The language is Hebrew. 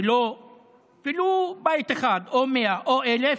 ולו בית אחד או 100 או 1,000,